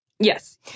Yes